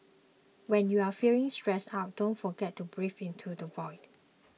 when you are feeling stressed out don't forget to breathe into the void